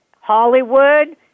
Hollywood